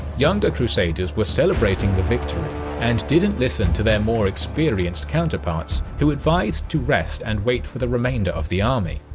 younger crusaders were celebrating the victory and didn't listen to their more experienced counterparts who advised to rest and wait for the remainder of the army.